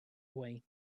away